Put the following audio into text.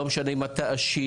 לא משנה אם אתה עשיר,